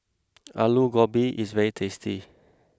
Aloo Gobi is very tasty